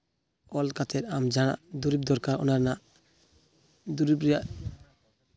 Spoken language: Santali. ᱚᱞ ᱠᱟᱛᱮᱫ ᱟᱢ ᱡᱟᱦᱟᱸ ᱫᱩᱨᱤᱵᱽ ᱫᱚᱨᱠᱟᱨ ᱚᱱᱟ ᱨᱮᱱᱟᱜ ᱫᱩᱨᱤᱵᱽ ᱨᱮᱭᱟᱜ